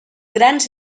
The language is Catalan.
grans